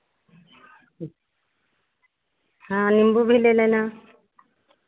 ठीक हाँ निम्बू भी ले लेना